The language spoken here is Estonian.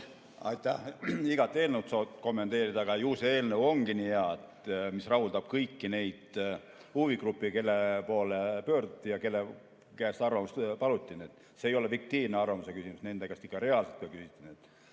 Aitäh! Iga eelnõu saab kommenteerida, aga ju see eelnõu ongi nii hea, et see rahuldab kõiki neid huvigruppe, kelle poole pöörduti ja kelle käest arvamust paluti. See ei olnud fiktiivne arvamuse küsimine, nende käest ikka reaalselt küsiti.